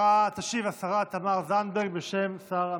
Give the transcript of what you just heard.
תשיב השרה תמר זנדברג בשם שר המשפטים.